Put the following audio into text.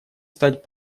стать